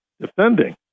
Defending